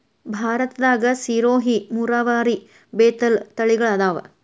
ಭಾರತದಾಗ ಸಿರೋಹಿ, ಮರವಾರಿ, ಬೇತಲ ತಳಿಗಳ ಅದಾವ